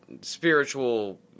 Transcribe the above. spiritual